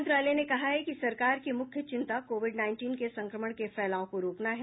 विदेश मंत्रालय ने कहा है कि सरकार की मुख्य चिंता कोविड नाईनटीन के संक्रमण के फैलाव को रोकना है